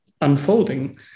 unfolding